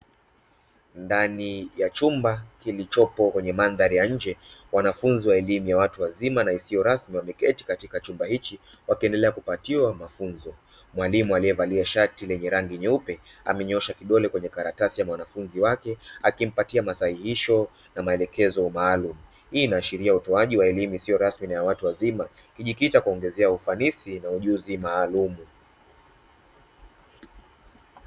Ndani ya chumba kilichopo kwenye mandhari ya nje, wanafunzi wa elimu ya watu wazima na isiyo rasmi wameketi katika chumba hichi wakiendelea kupatiwa mafunzo. Mwalimu aliyevalia shati lenye rangi nyeupe amenyosha kidole kwenye karatasi ya mwanafunzi wake akimpatia masahihisho na maelekezo maalumu. Hii inaashiria utoaji wa elimu isiyo rasmi na ya watu wazima, ikijikita kuongezea ufanisi na ujuzi maalumu.